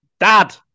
Dad